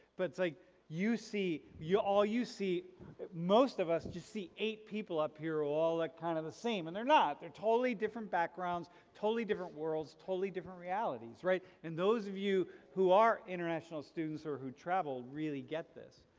but it's like you see, you, all you see most of us just see eight people up here all that kind of look the same and they're not. they're totally different backgrounds, totally different worlds, totally different realities, right? and those of you who are international students or who travel really get this.